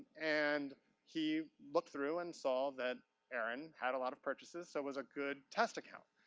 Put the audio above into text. and he looked through and saw that aaron had a lot of purchases, so was a good test account.